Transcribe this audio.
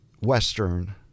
Western